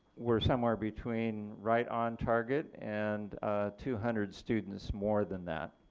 we're somewhere between right on target and two hundred students more than that.